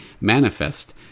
manifest